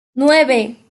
nueve